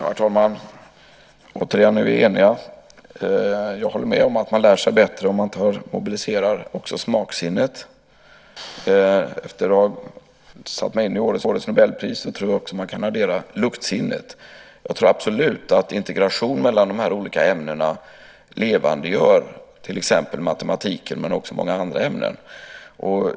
Herr talman! Återigen är vi eniga. Jag håller med om att man lär sig bättre om man mobiliserar också smaksinnet. Efter att ha satt mig in i årets Nobelpriser tror jag också att man kan addera luktsinnet. Jag tror absolut att integration mellan de här olika ämnena levandegör till exempel matematiken men också många andra ämnen.